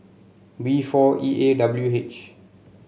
V four E A W H